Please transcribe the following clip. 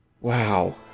Wow